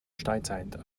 steinzeit